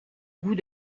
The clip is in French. goût